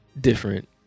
different